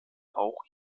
auch